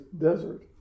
desert